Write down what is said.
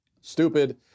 stupid